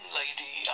lady